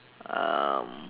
um